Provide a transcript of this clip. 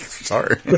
Sorry